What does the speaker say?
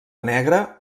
negre